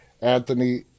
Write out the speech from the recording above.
Anthony